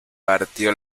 partió